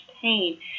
pain